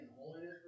holiness